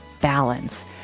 balance